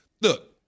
Look